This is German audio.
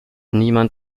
niemand